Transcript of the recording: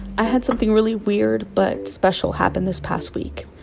i had something really weird but special happen this past week.